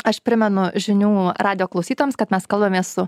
aš primenu žinių radijo klausytojams kad mes kalbamės su